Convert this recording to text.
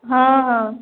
हाँ हाँ